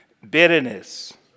Bitterness